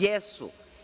Jesu.